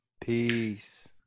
peace